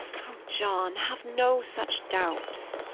oh, john, have no such doubts.